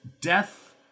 death